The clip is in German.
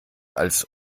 als